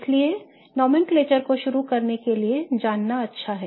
इसलिए इस नामकरण को शुरू करने के लिए जानना अच्छा है